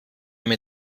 mit